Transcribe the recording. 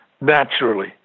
naturally